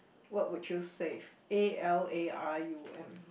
what would you save A L A R U M